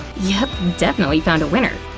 yep, definitely found a winner.